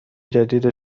جدید